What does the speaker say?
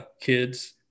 kids